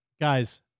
guys